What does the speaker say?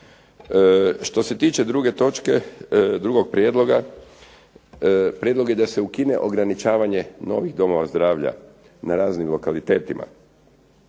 Što se tiče druge točke, drugog prijedloga prijedlog je da se ukine ograničavanje novih domova zdravlja na raznim lokalitetima.